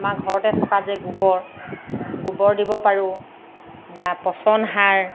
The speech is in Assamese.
আমাৰ ঘৰতে থকা যে গোবৰ গোবৰ দিব পাৰোঁ বা পচন সাৰ